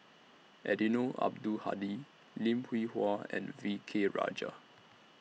Eddino Abdul Hadi Lim Hwee Hua and V K Rajah